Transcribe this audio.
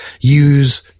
use